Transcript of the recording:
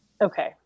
Okay